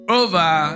over